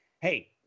hey